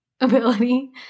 ability